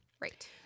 Right